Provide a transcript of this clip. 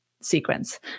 Sequence